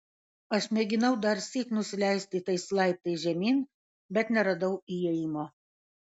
aš mėginau darsyk nusileisti tais laiptais žemyn bet neradau įėjimo